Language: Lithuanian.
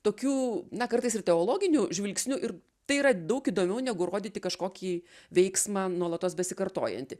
tokiu na kartais ir teologiniu žvilgsniu ir tai yra daug įdomiau negu rodyti kažkokį veiksmą nuolatos besikartojantį